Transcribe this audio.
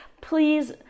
please